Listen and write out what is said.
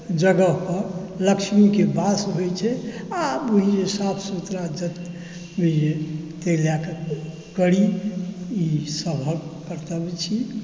जगह पर लक्ष्मीके वास होइ छै आ बुझू जे साफ सुथड़ा जगह मे जे ताहि लऽ कऽ करी ई सभक कर्तव्य छी